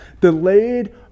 Delayed